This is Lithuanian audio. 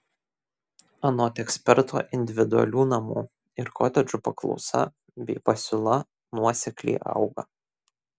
anot eksperto individualių namų ir kotedžų paklausa bei pasiūla nuosekliai auga